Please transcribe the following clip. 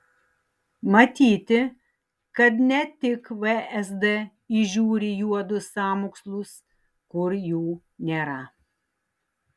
matyti kad ne tik vsd įžiūri juodus sąmokslus kur jų nėra